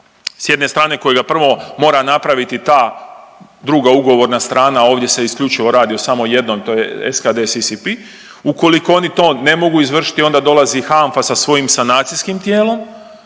s jedne strane kojega prvo mora napraviti ta druga ugovorna strana, ovdje se isključivo radi o samo jednom to je SKDD-CCP, ukoliko oni to ne mogu izvršiti onda dolazi HANFA sa svojim sanacijskim tijelom